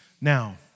Now